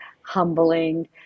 humbling